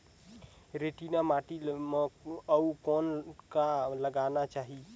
रेतीली माटी म अउ कौन का लगाना चाही?